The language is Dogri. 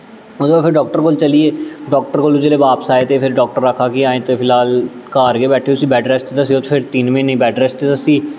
मतलब फिर अस डाक्टर कोल चली गे डाक्टर कोला जिसलै बापस आए ते फिर डाक्टर आखा दा कि अजें ते फिलहाल घर गै बैठेओ इसी बैड्ड रैस्ट दस्सेओ फिर तिन्न म्हीने दी बैड्ड रैस्ट दस्सी